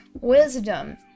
wisdom